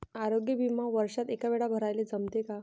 आरोग्य बिमा वर्षात एकवेळा भराले जमते का?